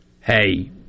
hey